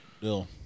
bill